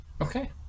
Okay